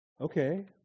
Okay